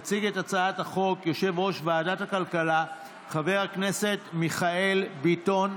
יציג את הצעת החוק יושב-ראש ועדת הכלכלה חבר הכנסת מיכאל ביטון,